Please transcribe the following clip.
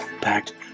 Packed